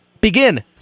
Begin